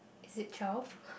is it twelve